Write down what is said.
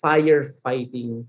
Firefighting